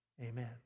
amen